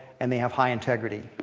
and they have high integrity.